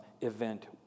event